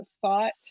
thought